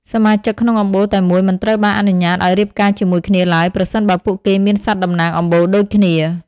សមាជិកក្នុងអំបូរតែមួយមិនត្រូវបានអនុញ្ញាតឱ្យរៀបការជាមួយគ្នាឡើយ ប្រសិនបើពួកគេមានសត្វតំណាងអំបូរដូចគ្នា។